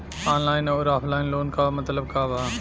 Online अउर offline loan क मतलब का बा?